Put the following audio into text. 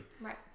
Right